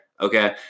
Okay